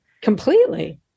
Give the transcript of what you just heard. Completely